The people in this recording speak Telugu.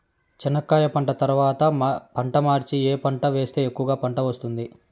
చెనక్కాయ పంట తర్వాత పంట మార్చి ఏమి పంట వేస్తే ఎక్కువగా పంట వస్తుంది?